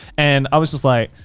and i was just like,